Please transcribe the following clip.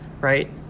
right